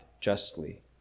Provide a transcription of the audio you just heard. justly